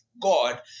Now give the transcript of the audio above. God